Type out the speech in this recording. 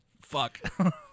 Fuck